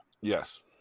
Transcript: Yes